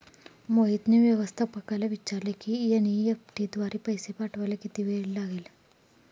मोहितने व्यवस्थापकाला विचारले की एन.ई.एफ.टी द्वारे पैसे पाठवायला किती वेळ लागेल